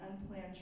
unplanned